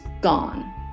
gone